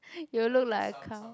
you'll look like a cow